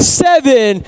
seven